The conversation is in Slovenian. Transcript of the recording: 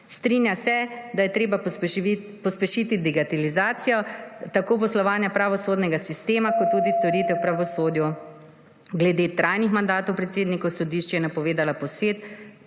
Strinja se, da je treba pospešiti digitalizacijo tako poslovanja pravosodnega sistema kot tudi storitev v pravosodju. Glede trajnih mandatov predsednikov sodišč je napovedala posvet